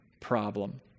problem